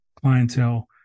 clientele